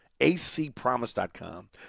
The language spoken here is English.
ACPromise.com